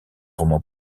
romans